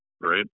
Right